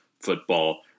football